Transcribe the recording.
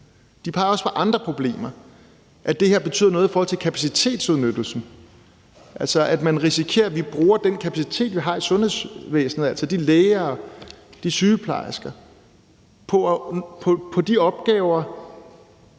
De peger også på andre problemer, nemlig at det her betyder noget i forhold til kapacitetsudnyttelsen, altså at man risikerer, at vi bruger den kapacitet, vi har i sundhedsvæsenet, altså vores læger og sygeplejersker, på de opgaver,